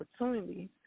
opportunities